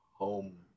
home